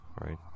right